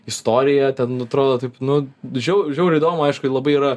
istorija ten atrodo taip nu žiau žiauriai įdomu aišku jie labai yra